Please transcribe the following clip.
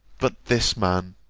but this man